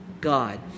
God